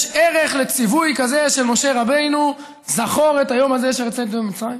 יש ערך לציווי כזה של משה רבנו "זכור את היום הזה אשר יצאתם ממצרים"?